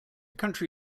country